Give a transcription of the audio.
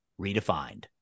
redefined